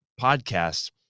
podcast